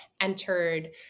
entered